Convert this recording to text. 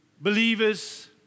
believers